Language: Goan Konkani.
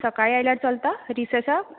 सकाळीं आयल्यार चलता रिसॅसाक